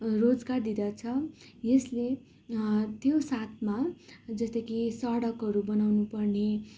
रोजगार दिँदछ यसले त्यो साथमा जस्तै कि सडकहरू बनाउनुपर्ने